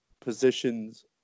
positions